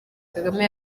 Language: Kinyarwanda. kagame